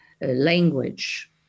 language